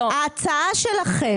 ההצעה שלכם,